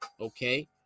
okay